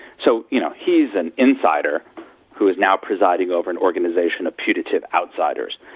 so, you know, he's an insider who is now presiding over an organisation of putative outsiders.